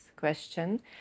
question